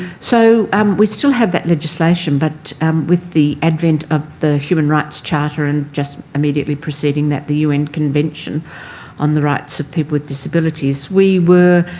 so um we still have that legislation but with the advent of the human rights charter and just immediately preceding that the un convention on the rights of people with disabilities, we were